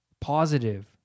positive